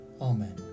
Amen